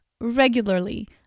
regularly